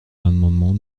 l’amendement